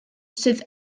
sydd